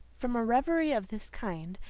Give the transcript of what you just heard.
from a reverie of this kind,